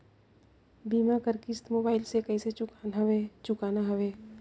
बीमा कर किस्त मोबाइल से कइसे चुकाना हवे